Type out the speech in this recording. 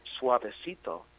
Suavecito